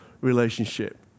relationship